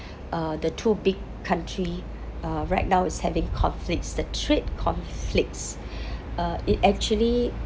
uh the two big country uh right now is having conflicts the trade conflicts uh it actually